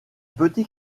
petit